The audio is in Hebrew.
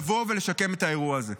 לבוא ולשקם מהאירוע הזה.